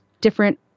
different